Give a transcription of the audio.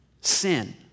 sin